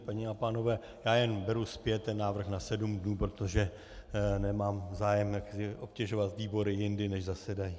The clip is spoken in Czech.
Paní a pánové, já jen beru zpět návrh na sedm dní, protože nemám zájem obtěžovat výbory jindy, než zasedají.